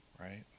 right